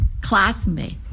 classmate